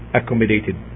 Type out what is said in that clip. accommodated